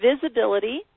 visibility